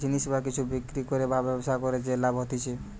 জিনিস বা কিছু বিক্রি করে বা ব্যবসা করে যে লাভ হতিছে